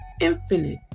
infinite